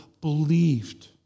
believed